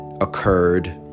occurred